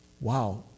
Wow